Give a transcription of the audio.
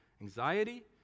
anxiety